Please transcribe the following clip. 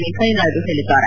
ವೆಂಕಯ್ಯ ನಾಯ್ಡು ಹೇಳಿದ್ದಾರೆ